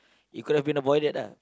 it could have been avoided ah